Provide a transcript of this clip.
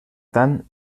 tant